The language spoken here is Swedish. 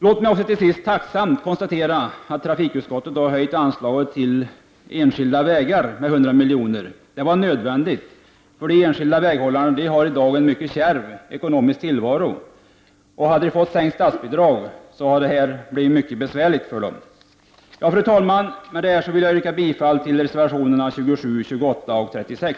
Låt mig till sist tacksamt notera att trafikutskottet har höjt anslaget till enskilda vägar med 100 milj.kr. Det var nödvändigt därför att de enskilda väghållarna i dag har en mycket kärv ekonomisk tillvaro. Hade de fått ett sänkt statsbidrag hade situationen blivit mycket besvärlig för dem. Fru talman! Med detta yrkar jag bifall till reservationerna 27, 28 och 36.